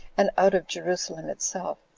and out of jerusalem itself,